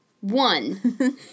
One